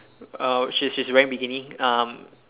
uh she's she's she's wearing bikini um